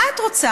מה את רוצה?